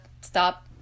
stop